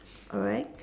alright